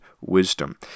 wisdom